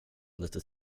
lite